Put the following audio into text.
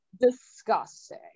disgusting